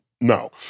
no